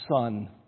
son